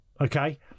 Okay